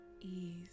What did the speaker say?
ease